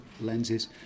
lenses